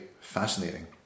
Fascinating